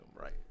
right